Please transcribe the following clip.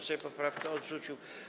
Sejm poprawkę odrzucił.